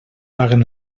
paguen